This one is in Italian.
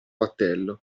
battello